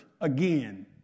again